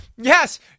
Yes